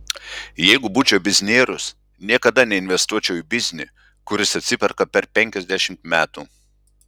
jeigu būčiau biznierius niekada neinvestuočiau į biznį kuris atsiperka per penkiasdešimt metų